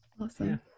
awesome